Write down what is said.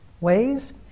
ways